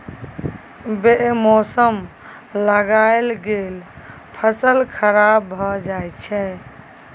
बे मौसम लगाएल गेल फसल खराब भए जाई छै